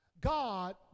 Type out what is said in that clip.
God